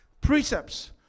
precepts